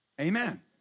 Amen